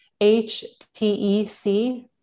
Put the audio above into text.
htec